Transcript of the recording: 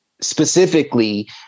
specifically